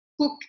cook